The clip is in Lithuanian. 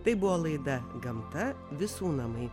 tai buvo laida gamta visų namai